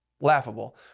laughable